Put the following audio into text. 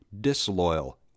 disloyal